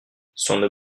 son